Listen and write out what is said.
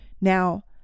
Now